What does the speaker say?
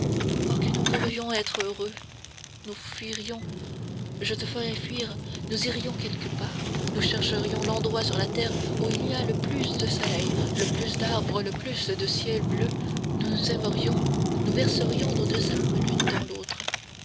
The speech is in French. oh que nous pourrions être heureux nous fuirions je te ferais fuir nous irions quelque part nous chercherions l'endroit sur la terre où il y a le plus de soleil le plus d'arbres le plus de ciel bleu nous nous aimerions nous verserions nos deux âmes l'une dans l'autre